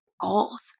goals